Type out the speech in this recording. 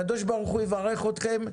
הקדוש ברוך הוא יברך אתכם,